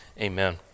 Amen